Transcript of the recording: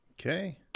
Okay